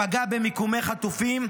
פגע במיקומי חטופים,